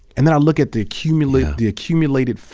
and then i look at the accumulated the accumulated